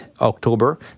October